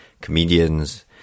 comedians